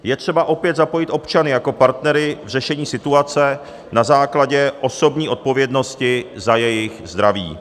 Je třeba opět zapojit občany jako partnery k řešení situace na základě osobní odpovědnosti za jejich zdraví.